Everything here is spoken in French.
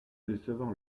décevant